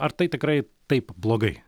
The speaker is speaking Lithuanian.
ar tai tikrai taip blogai